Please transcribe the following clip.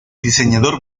diseñador